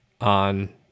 on